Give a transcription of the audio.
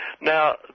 Now